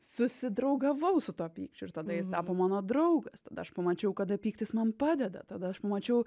susidraugavau su tuo pykčiu ir tada jis tapo mano draugas tada aš pamačiau kada pyktis man padeda tada aš pamačiau